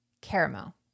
Caramel